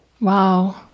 Wow